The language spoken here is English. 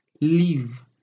Leave